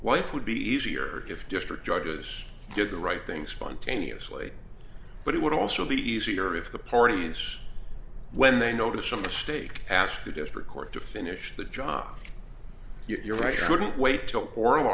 wife would be easier if district judges did the right thing spontaneously but it would also be easier if the parties when they notice a mistake ask the district court to finish the job you're right shouldn't wait till oral